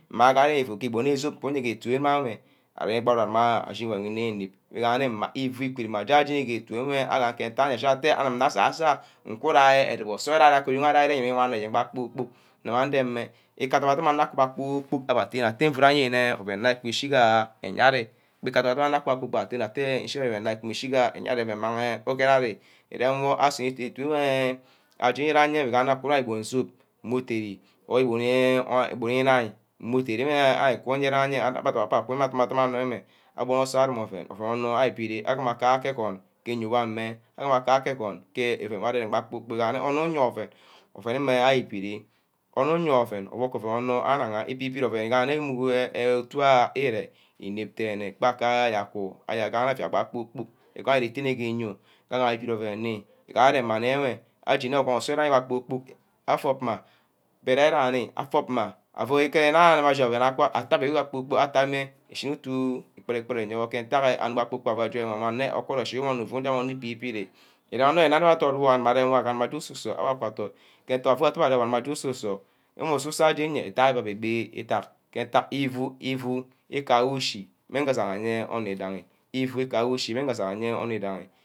Mma agama iyeah euu geah iborno zup ke otu awe nne, ari kpod aguma ashi ouen inep-inep igene ma ifu ku rumeh mma deni-ajeni ke etu enwe agaked ke ntagha anim nneh asa-sah nku deh odubor isor rama aku ye gubu wan eyem kpor-kpork nguma ndemeh ika odu-dumeh kpor-kpork abeh adit atteh yene ouen na ku shigaha iyeah ari gbeh kubeh ada-domeh, awor ashineh atteh ichi wi rumeh nna naku-echige ayeah ari fu mange ugere awi, irem wor asunor itu enh ajereh ayeah igaha akumah igbon zup mmeh udere, or igbone anor, eborm governor both, meh uderemeh wor ayene- ayea abbe debor affe ake ku du is that manner, abuno must abbe abineh agama kake eyoni ke iuoi ameh ameh efia meh ka-keh agoni ke ouen wor ari remeh kpor-kpork igaha nne onor uyewor ouen, ouen imeh ari good, ouen nmeh air kud dem pastor ire-nig ket ayo sani onor uye wor ouen obuck ke ouen onor agaha, ke ibid ouen igaha otu ere ifu inep dene akpa gara aje aku ayea gama euia bak kpor-kpork, igohore isemeh ke esusuonr, desr why nsornor ouen. iuu gaha enwe ehameh enwe ayineh gwon nsut aro kpor-pkor afum mah bht eneh-ri afum mma agube mah but ereh-ru afum mma agube ikere nna ashi ouen ago atteh kpor-kpork agameh ushini shugo ke-ntagha ke ukpe be joi wor onor ufu je nu ibi-birch iganan nned anor dot wor aguma aje ke ususor awa aku adot ke wor aje usu sor. ameh usu aje nyeah abbe beh itah je igbi itat ke ntack ifu efu igama ushi megene onor mmangi asinher-nne oni daghi wor achi wen mmeh asinho ayeah ohor